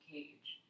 Cage